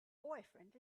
boyfriend